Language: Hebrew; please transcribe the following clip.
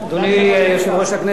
אדוני יושב-ראש הכנסת,